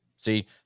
See